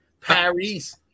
Paris